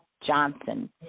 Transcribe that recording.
Johnson